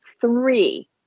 three